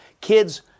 Kids